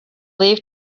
leave